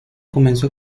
comenzó